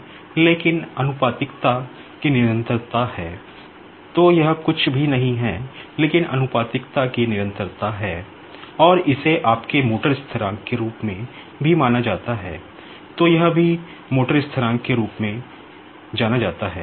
अब यह पर्टिकुलर कुछ भी नहीं है लेकिन प्रोपोर्शनैलिटी के रूप में जाना जाता है